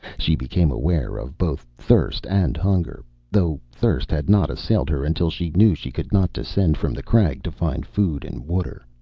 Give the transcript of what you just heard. she became aware of both thirst and hunger, though thirst had not assailed her until she knew she could not descend from the crag to find food and water.